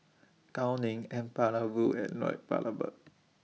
Gao Ning N Palanivelu and Lloyd Valberg